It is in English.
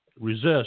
resist